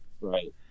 Right